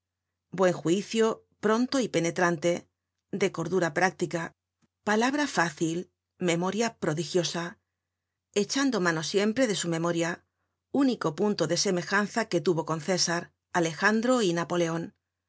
buen juicio pronto y penetrante de cordura práctica palabra fácil memoria prodigiosa echando mano siempre de su memoria único punto de semejanza que tuvo con césar alejandro y napoleon